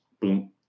boom